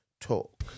talk